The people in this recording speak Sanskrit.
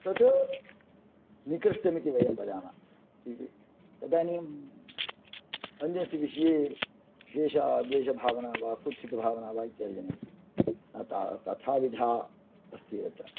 तत् निकृष्टम् इति वयं वदाम तदानीम् अन्यस्य विषये द्वेषभावना वा कुत्सितभावना वा इत्यादि जनयति तथाविध अस्ति तत्र